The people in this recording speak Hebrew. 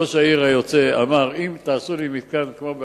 ראש העיר היוצא אמר: אם תעשו לי מתקן כמו בהמבורג,